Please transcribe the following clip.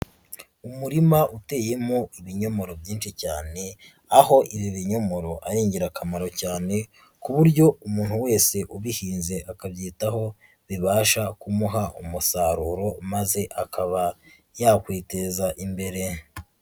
Umurima uteyemo ibinyomoro byinshi cyane, aho ibi binyomoro ari ingirakamaro cyane ku buryo umuntu wese ubihinze akabyitaho bibasha kumuha umusaruro maze akaba yakwiteza imbere.